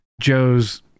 Joe's